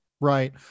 right